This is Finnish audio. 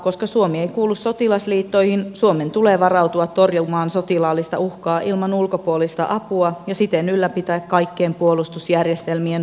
koska suomi ei kuulu sotilasliittoihin suomen tulee varautua torjumaan sotilaallista uhkaa ilman ulkopuolista apua ja siten ylläpitää kaikkien puolustusjärjestelmien suorituskykyalueita